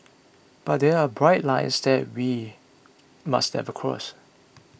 but there are bright lines that we must never cross